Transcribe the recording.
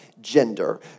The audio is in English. gender